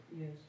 Yes